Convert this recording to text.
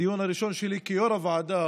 הדיון הראשון שלי כיו"ר הוועדה